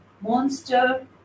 monster